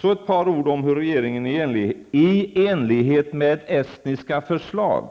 Så ett par ord om hur regeringen i enlighet med estniska förslag